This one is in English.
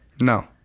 No